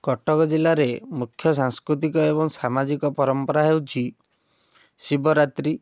କଟକ ଜିଲ୍ଲାରେ ମୁଖ୍ୟ ସାଂସ୍କୃତିକ ଏବଂ ସାମାଜିକ ପରମ୍ପରା ହେଉଛି ଶିବରାତ୍ରୀ